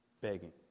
begging